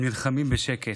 הם נלחמים בשקט.